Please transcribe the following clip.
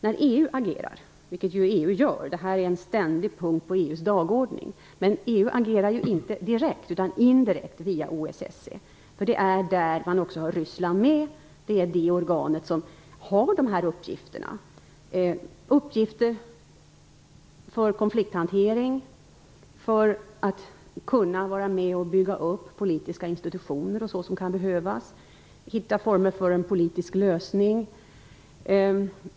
När EU agerar, vilket EU gör - detta är en ständig punkt på EU:s dagordning - sker det inte direkt, utan indirekt via OSSE. Det är där man har Ryssland med, och det är organet som har hand om uppgifter som konflikthantering, att vara med och bygga upp politiska institutioner som kan behövas och att hitta former för en politisk lösning.